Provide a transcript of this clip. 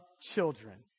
children